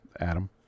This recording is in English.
Adam